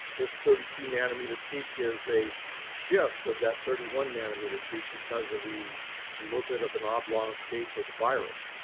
this thirty two nanometer peak is a shift of that thirty one nanometer peak because of the little bit of an oblong shape of the virus.